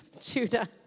Judah